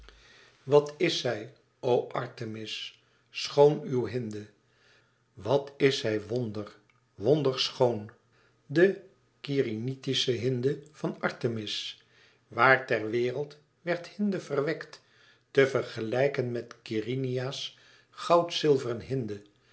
wat is zij o artemis schoon uw hinde wat is zij wonder wonderschoon de kerynitische hinde van artemis waar ter wereld werd hinde verwekt te vergelijken met keryneia's goudzilveren hinde